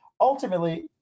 Ultimately